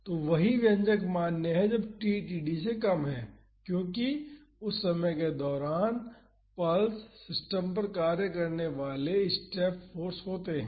तो वही व्यंजक मान्य है जब t td से कम है क्योंकि उस समय के दौरान पल्स सिस्टम पर कार्य करने वाले स्टेप फाॅर्स होते हैं